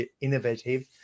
innovative